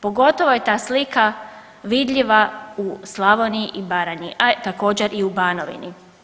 Pogotovo je ta slika vidljiva u Slavoniji i Baranji, a također i u Banovini.